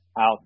out